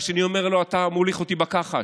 והשני אומר לו: אתה מוליך אותי בכחש,